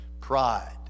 Pride